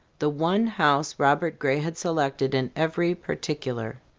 the one house robert gray had selected in every particular.